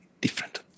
different